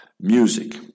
Music